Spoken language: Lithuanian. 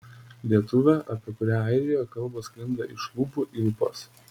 lietuvė apie kurią airijoje kalbos sklinda iš lūpų į lūpas